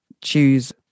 choose